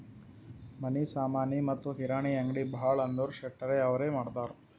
ಮನಿ ಸಾಮನಿ ಮತ್ತ ಕಿರಾಣಿ ಅಂಗ್ಡಿ ಭಾಳ ಅಂದುರ್ ಶೆಟ್ಟರ್ ಅವ್ರೆ ಇಡ್ತಾರ್